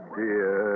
dear